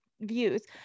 views